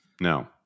No